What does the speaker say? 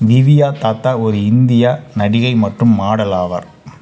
திவ்யா தத்தா ஒரு இந்திய நடிகை மற்றும் மாடல் ஆவார்